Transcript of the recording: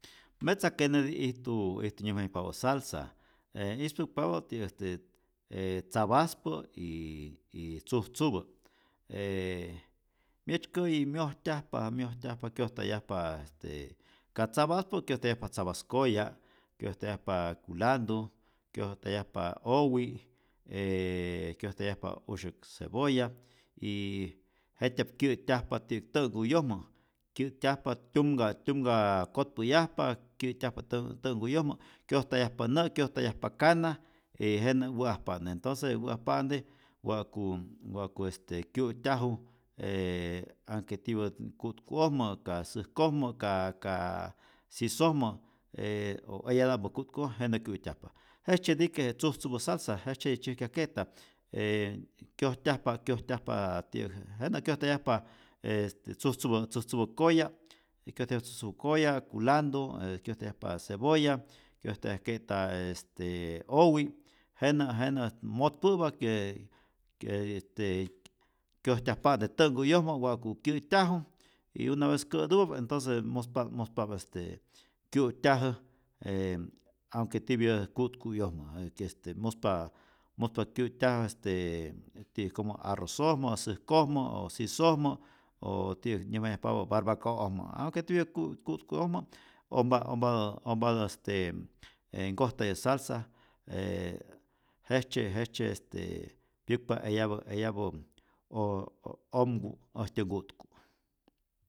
Metza keneti ijtu ijtu nyäjmayajpapä salsa, e ispäkpapät ti'yäk este je tzapaspä y y tzujtzupä, ee myetzykäyi myojtyajpa myojtyajpa kyojtayajpa este, ka tzapaspä kyojtayjapa tzapas koya', kyojtayajpa kulantu, kyojtayajpa owi' ee kyojtayajpa usyäk cebolla, y jet'tya'p kyä'tyajpa ti'yäk tä'nhkuyojmä, kyä'tyajpa tyumka tyumk kotpäyajpa kyä'tyajpa tä'nhku tä'nhkuyojmä kyojtayajpa nä', kyojtayajpa kana, y jenä wä'ajpa'nte entonce wä'ajpa'nte wa'ku wa'ku este kyu'tyaju anhke tipä ku'tku'ojmä, ka säjkojmä ka ka sisojmä, e o eyeta'mpä ku'tku'oj jenä kyu'tyajpa, jejtzyetike tzujtzupä je salsa, jejtzyeti tzyäjkyajke'ta ee kyojtyajpa kyojtyajpa ti'yäk je jenä kyojtayajpa este tzujtzupä tzujtzupä koya y kyojtayajpa tzutz koya, kulantu e kyojtayajpa cebolla, kyojtayajke'ta este owi', jenä' jenä motpä'pä que que este kyojtyajpa'nte tä'nhkuyojmä wa'ku kyä'tyaju, y una vez kä'tupä entonce muspa'p muspa'p este kyu'tyajä e aunque tipyä ku'tku'yojmä, e este muspa muspa kyu'tyajä este e ti'yäjkojmä arroz'ojmä, säjkojmä o sisojmä o ti'yäk nyäjmayajpapä' barbacoa'ojmä, aunque tipya ku' ku'tku'ojmä ompa ompatä ompatä este e nkojtayä salsa ee jejtzye jejtzye este pyäkpa eyapä eyapäp o o omku äjtyä nku'tku'.